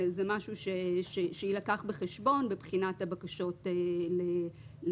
זה משהו שיילקח בחשבון בבחינת הבקשות להגבלה